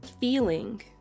feeling